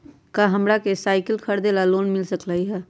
का हमरा के साईकिल खरीदे ला लोन मिल सकलई ह?